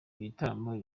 bitaramo